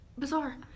bizarre